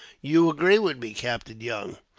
you agree with me, captain young,